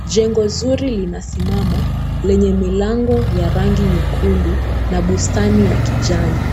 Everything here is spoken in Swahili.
Jengo zuri linasimama lenye milango ya rangi nyekundu na bustani ya kijani.